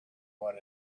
what